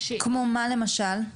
--- כמו מה למשל?